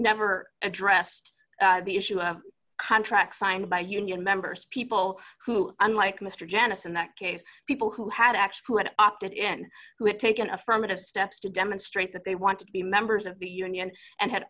never addressed the issue i have contracts signed by union members people who unlike mr janice in that case people who had actually read opted in who had taken affirmative steps to demonstrate that they want to be members of the union and had